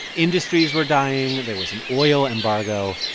industries were dying. there was an oil embargo.